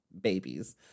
babies